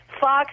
Fox